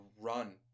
run